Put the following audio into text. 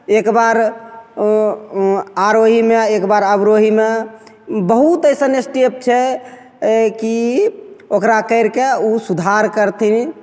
एक बार ओ ओ आरोहीमे एक बार अवरोहीमे बहुत अइसन स्टेप छै की ओकरा करिके उ सुधार करथिन